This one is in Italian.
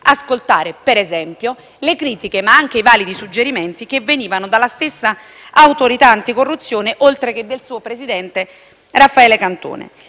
ascoltare - per esempio - le critiche, ma anche i validi suggerimenti che venivano dalla stessa autorità anticorruzione, oltre che dal suo presidente Raffaele Cantone.